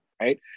right